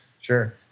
Sure